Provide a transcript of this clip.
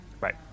right